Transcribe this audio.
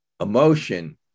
emotion